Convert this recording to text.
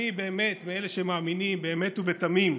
אני באמת מאלה שמאמינים באמת ובתמים,